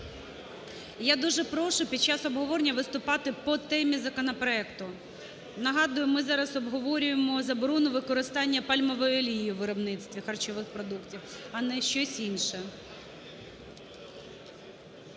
Я дуже прошу під час обговорення виступати по темі законопроекту. Нагадую, ми зараз обговорюємо заборону використання пальмової олії у виробництві харчових продуктів, а не щось інше.